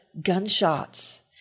gunshots